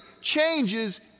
changes